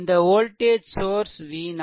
இந்த voltage source V0